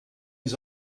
his